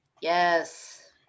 Yes